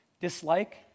dislike